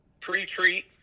pre-treat